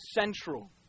central